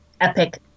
epic